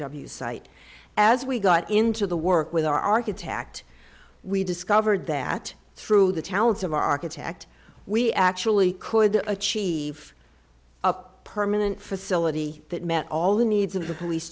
site as we got into the work with our architect we discovered that through the talents of our architect we actually could achieve a permanent facility that met all the needs of the police